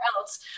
else